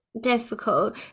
difficult